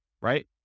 right